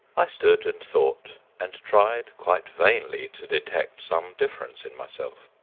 i stood and thought, and tried quite vainly to detect some difference in myself.